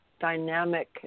dynamic